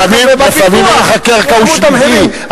ובפיתוח הם לקחו את המחירים.